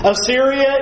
Assyria